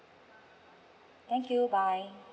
thank you bye